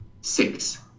Six